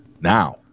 Now